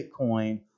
bitcoin